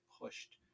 pushed